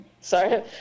Sorry